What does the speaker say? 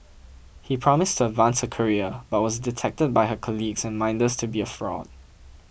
he promised to advance her career but was detected by her colleagues and minders to be a fraud